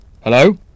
Hello